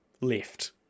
left